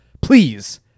Please